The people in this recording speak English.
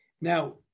Now